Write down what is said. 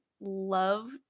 love